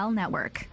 network